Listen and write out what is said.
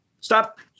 Stop